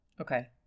Okay